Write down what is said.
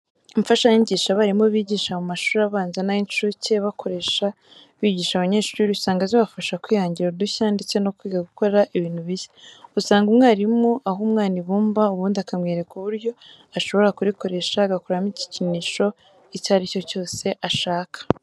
Imfashanyigisho abarimu bigisha mu mashuri abanza n'ay'incuke bakoresha bigisha abanyeshuri, usanga zibafasha kwihangira udushya ndetse no kwiga gukora ibintu bishya. Usanga umwarimu aha umwana ibumba ubundi akamwereka uburyo ashobora kurikoresha agakuramo igikinisho icyo ari cyo cyose ashaka.